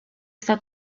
está